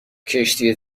کشتی